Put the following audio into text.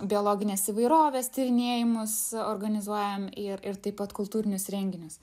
biologinės įvairovės tyrinėjimus organizuojam ir ir taip pat kultūrinius renginius